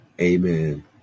Amen